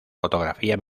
fotografía